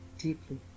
Deeply